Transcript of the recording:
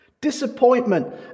Disappointment